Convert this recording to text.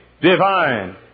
divine